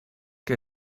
que